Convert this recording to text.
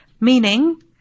Meaning